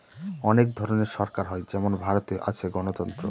অনেক ধরনের সরকার হয় যেমন ভারতে আছে গণতন্ত্র